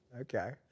Okay